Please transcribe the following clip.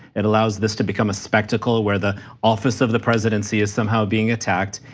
it allows this to become a spectacle, where the office of the presidency is somehow being attacked,